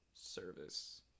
service